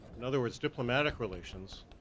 in other words, diplomatic relations,